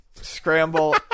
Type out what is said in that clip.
Scramble